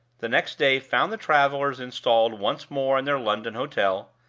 the next day found the travelers installed once more in their london hotel,